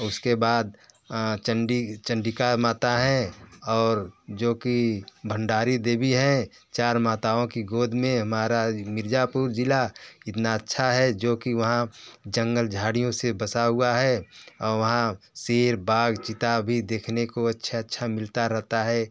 उसके बाद चंडी चंडिका माता हैं और जो कि भण्डारी देवी हैं चार माताओं की गोद में महाराज मिर्ज़ापुर ज़िला कितना अच्छा है जो कि वहाँ जंगल झाड़ियों से बसा हुआ है वहाँ शेर बाघ चीता भी देखने को अच्छा अच्छा मिलता रहता है